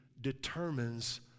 determines